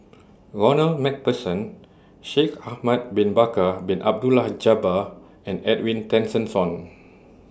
Ronald MacPherson Shaikh Ahmad Bin Bakar Bin Abdullah Jabbar and Edwin Tessensohn